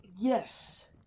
Yes